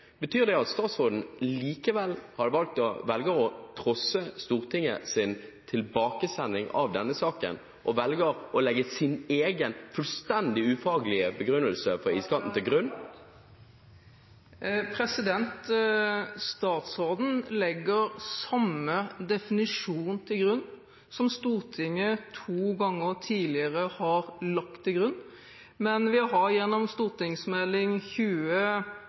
Betyr det at statsråden likevel velger å trosse Stortingets tilbakesending av denne saken, og velger å legge til grunn sin egen fullstendig ufaglige begrunnelse? Statsråden legger samme definisjon til grunn som Stortinget to ganger tidligere har lagt til grunn, men vi har gjennom Meld. St. 20